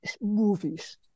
movies